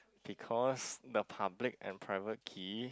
because the public and private key